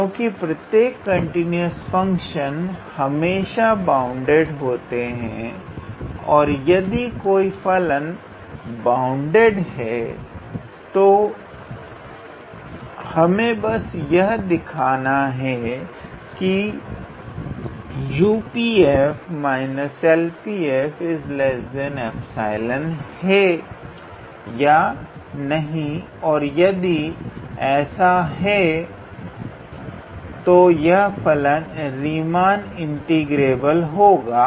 क्योंकि प्रत्येक continuous function हमेशा बाउंडेड होते हैं और यदि कोई फलन बाउंडेड हे तो हमें बस यह दिखाना है कि 𝑈𝑃 𝑓 − 𝐿𝑃 𝑓 𝜖 हैं या नहीं और यदि ऐसा है तो यह फलन रीमान इंटीग्रेबल होगा